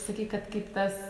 sakei kad kaip tas